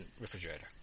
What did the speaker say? refrigerator